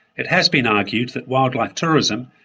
it has been argued that wildlife tourism,